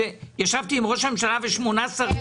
ישבתי עם ראש הממשלה ושמונה שרים.